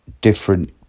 different